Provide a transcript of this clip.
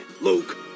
Luke